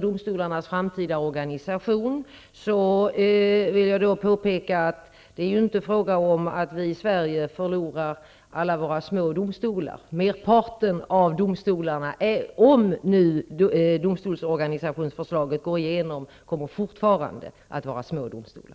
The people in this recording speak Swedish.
domstolarnas framtida organisation som nu går ut på remiss vill jag påpeka att det inte är fråga om att vi i Sverige förlorar alla våra små domstolar. Merparten av domstolarna, om nu domstolsorganisationsförslaget går igenom, kommer fortfarande att var små domstolar.